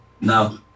No